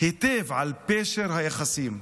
היטב על פשר היחסים.